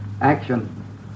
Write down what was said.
Action